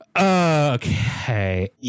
okay